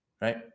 right